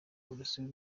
urusobe